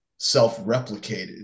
self-replicated